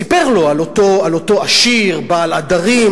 סיפר לו על אותו עשיר בעל עדרים,